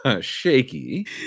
shaky